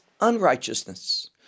unrighteousness